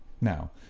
Now